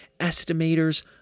estimators